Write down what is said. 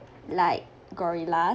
like gorilla